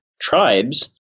Tribes